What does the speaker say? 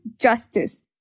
justice